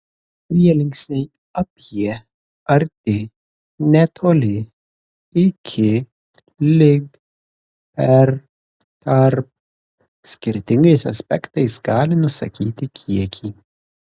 prielinksniai apie arti netoli iki lig per tarp skirtingais aspektais gali nusakyti kiekį